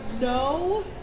no